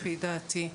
לפי דעתי.